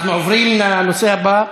אנחנו עוברים לנושא הבא: